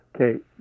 Okay